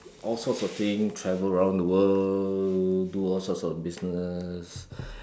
all sorts of thing travel around the world do all sorts of business